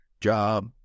job